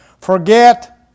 forget